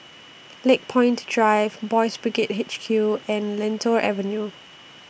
Lakepoint Drive Boys' Brigade H Q and Lentor Avenue